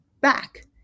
back